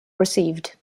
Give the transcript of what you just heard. received